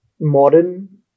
modern